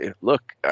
look